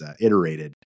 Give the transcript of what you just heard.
iterated